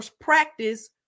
practice